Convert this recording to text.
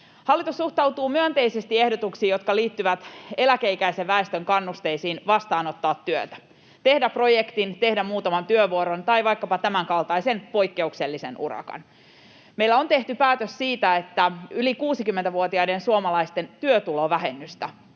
Hallitus suhtautuu myönteisesti ehdotuksiin, jotka liittyvät eläkeikäisen väestön kannusteisiin vastaanottaa työtä, tehdä projektin, tehdä muutaman työvuoron tai vaikkapa tämänkaltaisen poikkeuksellisen urakan. Meillä on tehty päätös siitä, että yli 60-vuotiaiden suomalaisten työtulovähennystä